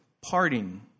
parting